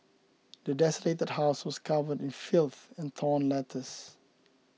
the desolated house was covered in filth and torn letters